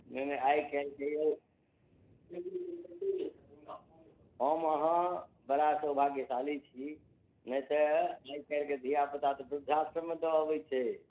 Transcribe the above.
नहि नहि आइ काल्हिके यौ हम अहाँ बड़ा सौभाग्यशाली छी नहि तऽ आइ काल्हिके धिआ पूता तऽ वृद्धाआश्रममे दऽ अबैत छै